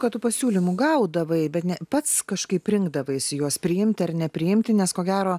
kad tu pasiūlymų gaudavai bet ne pats kažkaip rinkdavaisi juos priimti ar nepriimti nes ko gero